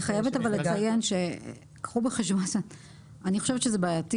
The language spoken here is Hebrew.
אני חייבת לציין שאני חושבת שזה בעייתי